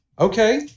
okay